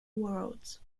worlds